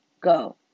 go